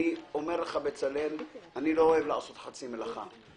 אני אומר לך בצלאל, אני לא אוהב לעשות חצי מלאכה.